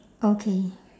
okay